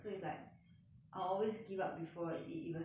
I always give up before it even happen already